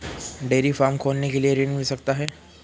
Dairy farm खोलने के लिए ऋण मिल सकता है?